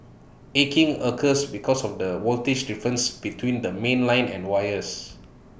arcing occurs because of the voltage difference between the mainline and wires